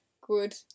Good